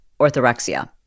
orthorexia